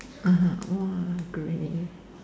[aha] oh ah great